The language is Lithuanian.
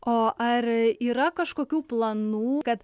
o ar yra kažkokių planų kad